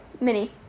Mini